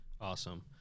Awesome